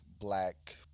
black